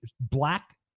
black